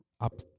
up